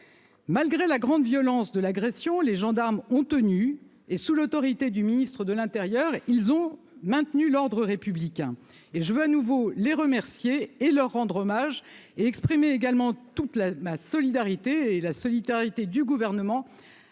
Malgré la grande violence de l'agression, les gendarmes ont tenu et sous l'autorité du ministre de l'intérieur, ils ont maintenu l'ordre républicain et je veux à nouveau les remercier et leur rendre hommage et exprimé également toute la ma solidarité et la solidarité du gouvernement